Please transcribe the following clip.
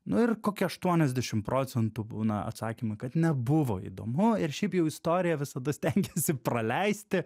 nu ir kokie aštuoniasdešim procentų būna atsakymai kad nebuvo įdomu ir šiaip jau istoriją visada stengiasi praleisti